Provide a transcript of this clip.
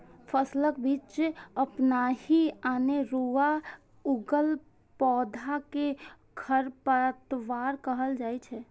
फसलक बीच अपनहि अनेरुआ उगल पौधा कें खरपतवार कहल जाइ छै